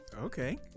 Okay